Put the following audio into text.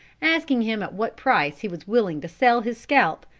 asking him at what price he was willing to sell his scalp,